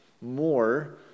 more